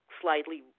slightly